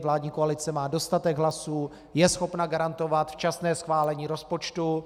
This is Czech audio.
Vládní koalice má dostatek hlasů, je schopna garantovat včasné schválení rozpočtu.